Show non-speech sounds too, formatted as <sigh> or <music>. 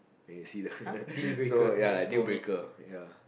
when you see the <laughs> no ya like dealbreaker ya